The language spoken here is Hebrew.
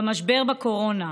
במשבר הקורונה,